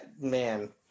man